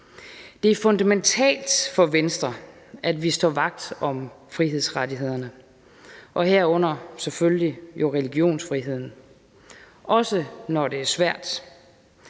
Det er fundamentalt for Venstre, at vi står vagt om frihedsrettighederne, herunder selvfølgelig religionsfriheden, også når det er svært.